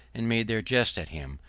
and made their jest at him,